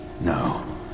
No